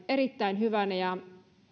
erittäin hyvänä ja